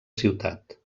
ciutat